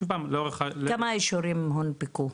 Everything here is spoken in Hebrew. שוב פעם, לאורך --- כמה אישורים הנופקו?